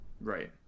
right